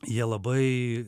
jie labai